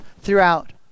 throughout